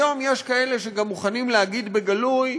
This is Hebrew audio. היום יש כאלה שגם מוכנים להגיד בגלוי: